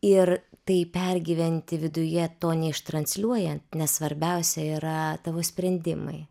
ir tai pergyventi viduje to ne ištransliuojant nes svarbiausia yra tavo sprendimai